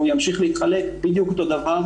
והוא ימשיך להתחלק בדיוק אותו דבר.